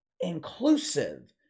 inclusive